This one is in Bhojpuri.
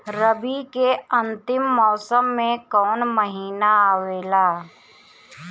रवी के अंतिम मौसम में कौन महीना आवेला?